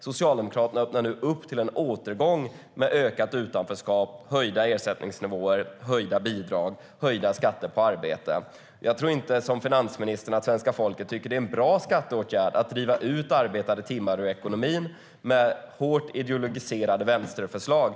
Socialdemokraterna öppnar nu för en återgång till ökat utanförskap, höjda ersättningsnivåer, höjda bidrag och höjda skatter på arbete. Jag tror inte, som finansministern, att svenska folket tycker att det är en bra skatteåtgärd att driva ut arbetade timmar ur ekonomin med hårt ideologiserade vänsterförslag.